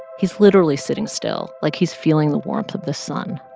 he's literally sitting still, like he's feeling the warmth of the sun.